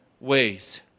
ways